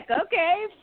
Okay